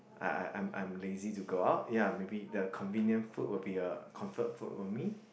I I I'm I'm lazy to go out ya maybe the convenient food will be a comfort food for me